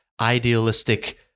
idealistic